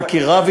חקירה,